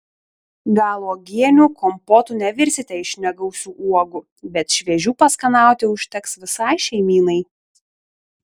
gal uogienių kompotų nevirsite iš negausių uogų bet šviežių paskanauti užteks visai šeimynai